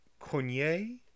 Cognier